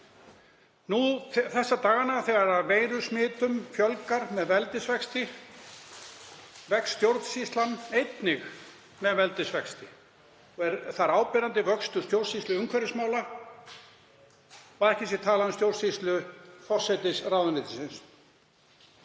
Nú þessa dagana þegar veirusmitum fjölgar með veldisvexti, vex stjórnsýslan einnig með veldisvexti. Þar er áberandi vöxtur stjórnsýslu umhverfismála og að ekki sé talað um stjórnsýslu forsætisráðuneytisins.